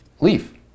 leave